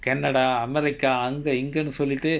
canada america அங்க இங்கனு சொல்லிட்டு:anga inganu sollitu